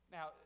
Now